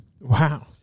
Wow